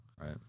right